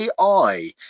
AI